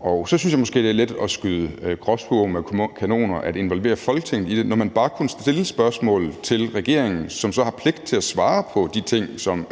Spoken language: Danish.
og så synes jeg måske, det er lidt at skyde gråspurve med kanoner at involvere Folketinget i det, altså når man bare kunne stille spørgsmålene til regeringen, som så har pligt til at svare vedrørende de ting, som